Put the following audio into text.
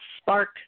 spark